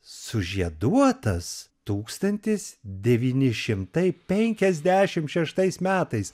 sužieduotas tūkstantis devyni šimtai penkiasdešim šeštais metais